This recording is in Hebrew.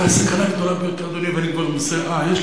אבל הסכנה הגדולה ביותר, אדוני: